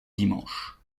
dimanche